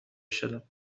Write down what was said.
شدم